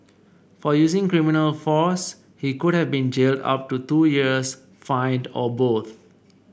for using criminal force he could have been jailed up to two years fined or both